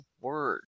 word